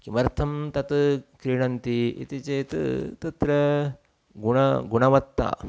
किमर्थं तत् क्रीणन्ति इति चेत् तत्र गुणः गुणवत्ता